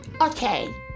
Okay